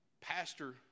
Pastor